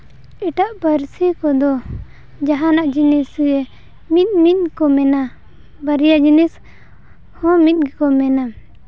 ᱮᱴᱟᱜ ᱯᱟᱹᱨᱥᱤ ᱠᱚᱫᱚ ᱡᱟᱦᱟᱸ ᱱᱟᱜ ᱡᱤᱱᱤᱥ ᱜᱮ ᱢᱤᱫᱼᱢᱤᱫ ᱠᱚ ᱢᱮᱱᱟ ᱵᱟᱨᱭᱟ ᱡᱤᱱᱤᱥ ᱦᱚᱸ ᱢᱤᱫ ᱜᱮᱠᱚ ᱢᱮᱱᱟ